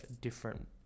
different